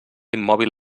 immòbil